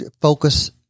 focus